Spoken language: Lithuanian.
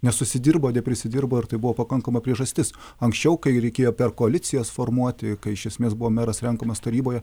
nesusidirbo neprisidirbo ir tai buvo pakankama priežastis anksčiau kai reikėjo per koalicijas formuoti kai iš esmės buvo meras renkamas taryboje